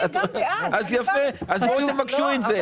אז בואו תבקשו את זה.